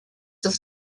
des